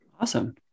Awesome